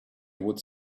would